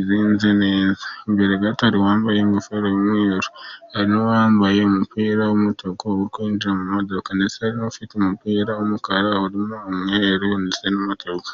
irenze neza. Imbere gato hari uwambaye ingofero y'umweru, hari n'uwambaye umupira w'umutuku uri kwinjira mu modoka, ndetse hari n'ufite umupira w'umukara urimo umweru ndetse n'umutuku.